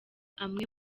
amwe